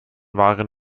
waren